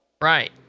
Right